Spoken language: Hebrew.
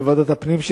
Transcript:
גם בוועדת הפנים,